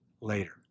later